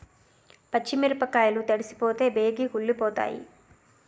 పచ్చి మిరపకాయలు తడిసిపోతే బేగి కుళ్ళిపోతాయి